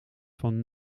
van